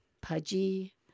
pudgy